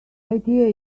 idea